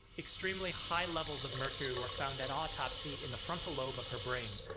extremely high levels of mercury were found at autopsy in the frontal lobe of her brain.